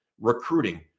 recruiting